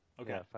Okay